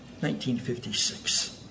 1956